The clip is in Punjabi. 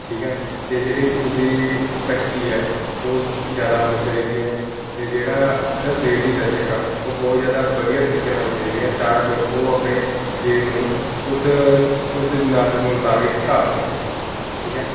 ਠੀਕ ਹੈ ਅਤੇ ਜਿਹੜੀ ਉਸਦੀ ਕਪੈਸ਼ਟੀ ਹੈ ਉਹ ਸ ਜ਼ਿਆਦਾ ਹੋਣੀ ਚਾਹੀਦੀ ਹੈ ਅਤੇ ਜਿਹੜਾ ਉਹਦੇ ਸਰੀਰ ਦੀ ਲਚਕ ਆ ਉਹ ਬਹੁਤ ਜ਼ਿਆਦਾ ਵਧੀਆ ਤਰੀਕੇ ਨਾਲ਼ ਹੋਣੀ ਚਾਹੀਦੀ ਆ ਤਾਂ ਜੋ ਉਹ ਆਪਣੇ ਸਰੀਰ ਨੂੰ ਉਸ ਉਸ ਨਾਚ ਮੁਤਾਬਿਕ ਢਾਲ ਸਕੇ ਠੀਕ ਹੈ